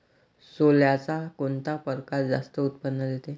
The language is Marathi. सोल्याचा कोनता परकार जास्त उत्पन्न देते?